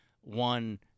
one